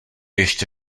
ještě